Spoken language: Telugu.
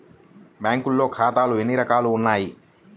బ్యాంక్లో ఖాతాలు ఎన్ని రకాలు ఉన్నావి?